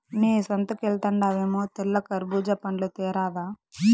మ్మే సంతకెల్తండావేమో తెల్ల కర్బూజా పండ్లు తేరాదా